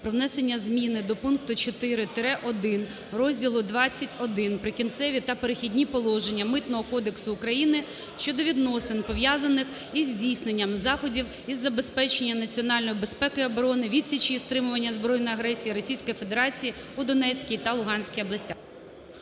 про внесення змін до пункту 4-1 розділу ХХІ "Прикінцеві та перехідні положення" Митного кодексу України щодо відносин, пов'язаних із здійсненням заходів із забезпечення національної безпеки і оборони, відсічі і стримування збройної агресії Російської Федерації у Донецькій та Луганській областях.